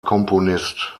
komponist